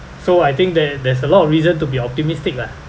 so I think that there's a lot of reason to be optimistic lah